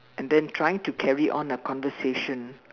and then trying to carry on a conversation